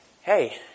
Hey